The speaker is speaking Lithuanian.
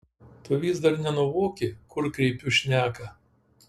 tu vis dar nenuvoki kur kreipiu šneką